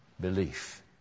belief